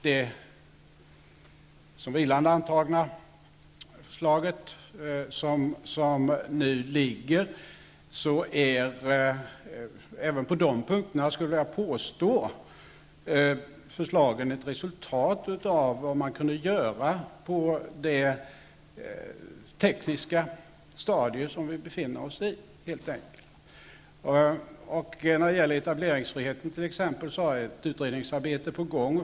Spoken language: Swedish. Det såsom vilande antagna förslaget är även på de punkterna ett resultat av vad man kunde göra på det tekniska stadium där vi befinner oss. När det gäller t.ex. etableringsfriheten är ett utredningsarbete på gång.